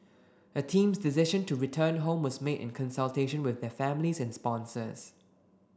the team's decision to return home was made in consultation with their families and sponsors